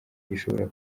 gishobora